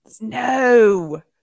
No